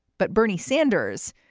but bernie sanders,